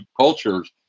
cultures